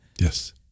Yes